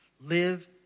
live